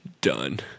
Done